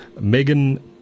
Megan